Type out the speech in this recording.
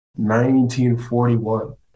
1941